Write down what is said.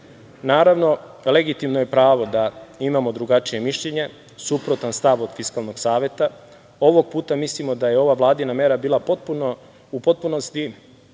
Naravno, legitimno je pravo da imamo drugačije mišljenje, suprotan stav od Fiskalnog saveta. Ovog puta mislimo da je ova vladina mera bila u potpunosti